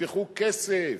תשפכו כסף,